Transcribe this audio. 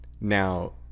Now